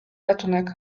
ratunek